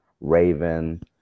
raven